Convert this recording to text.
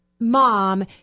mom